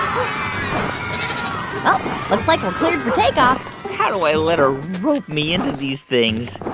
um looks like we're cleared for takeoff how do i let her rope me into these things?